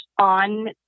on